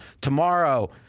Tomorrow